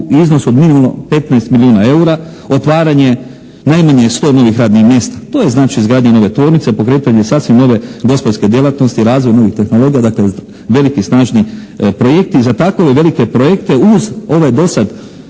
u iznosu od minimalno 15 milijuna eura, otvaranje najmanje 100 novih radnih mjesta. To je znači izgradnja nove tvornice, pokretanje sasvim nove gospodarske djelatnosti, razvoj novih tehnologija, dakle, veliki, snažni projekti. Za takove velike projekte uz ove do sad